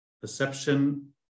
Perception